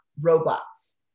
robots